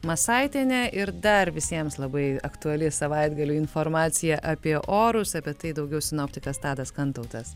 masaitienė ir dar visiems labai aktuali savaitgalio informacija apie orus apie tai daugiau sinoptikas tadas kantautas